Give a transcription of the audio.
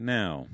now